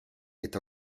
est